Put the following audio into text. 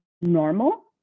normal